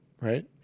right